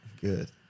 Good